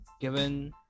Given